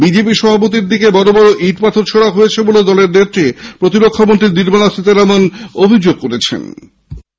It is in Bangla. বিজেপি সভাপতির দিকে বড় বড় ইট পাখর ছোঁড়া হয়েছে বলে দলের নেত্রী প্রতিরক্ষামন্ত্রী নির্মলা সীতারামন অভিযোগ করেন